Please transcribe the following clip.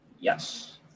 Yes